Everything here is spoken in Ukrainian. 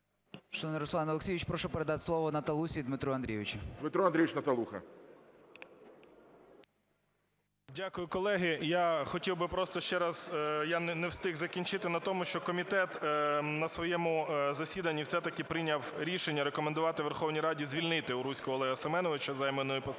Дякую, колеги. Я хотів би просто ще раз, я не встиг закінчити, на тому, що комітет на своєму засіданні все-таки прийняв рішення рекомендувати Верховній Раді звільнити Уруського Олега Семеновича з займаної посади,